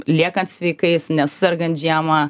liekant sveikais nesusergant žiemą